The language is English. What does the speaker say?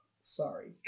Sorry